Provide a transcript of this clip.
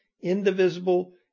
indivisible